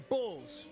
Bulls